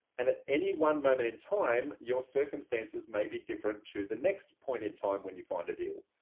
and at any one moment in time, your circumstances may be different to the next point in time when you find a deal.